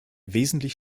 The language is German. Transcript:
wesentlich